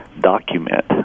document